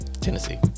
Tennessee